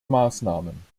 maßnahmen